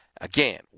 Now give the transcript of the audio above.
Again